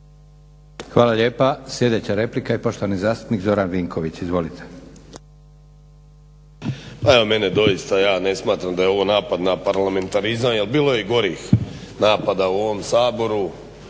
Hvala lijepa. Sljedeća replika i poštovani zastupnik Zoran Vinković. Izvolite. **Vinković, Zoran (HDSSB)** Mene doista, ja ne smatram da je ovo napad na parlamentarizam jer bilo je i gorih napada u ovom Saboru